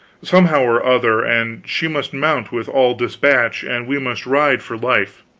somehow or other, and she must mount, with all despatch, and we must ride for life.